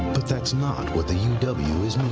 but that's not what the uw uw is made